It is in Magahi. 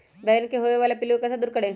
बैंगन मे होने वाले पिल्लू को कैसे दूर करें?